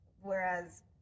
Whereas